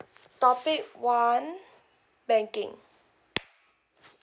topic one banking